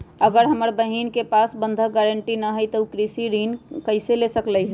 अगर हमर बहिन के पास बंधक गरान्टी न हई त उ कृषि ऋण कईसे ले सकलई ह?